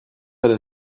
elles